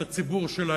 את הציבור שלהם,